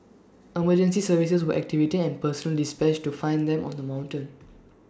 emergency services were activated and personnel dispatched to find them on the mountain